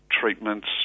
treatments